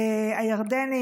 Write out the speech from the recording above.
הירדנים